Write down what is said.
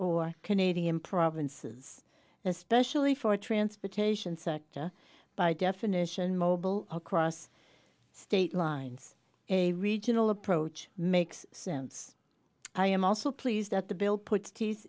or canadian provinces especially for transportation sector by definition mobile across state lines a regional approach makes sense i am also pleased that the bill puts